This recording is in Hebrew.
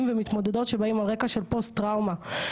ומתמודדים שבאים על רקע של פוסט טראומה.